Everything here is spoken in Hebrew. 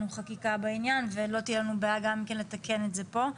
חקיקה בעניין ולא תהיה לנו בעיה גם כן לתקן את זה פה,